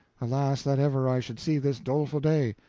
alas that ever i should see this doleful day.